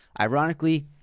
ironically